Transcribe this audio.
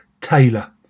Taylor